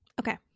Okay